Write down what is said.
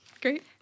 Great